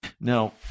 Now